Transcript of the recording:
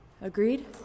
Agreed